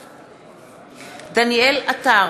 בעד דניאל עטר,